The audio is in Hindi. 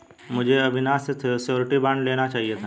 मुझे अविनाश से श्योरिटी बॉन्ड ले लेना चाहिए था